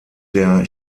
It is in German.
der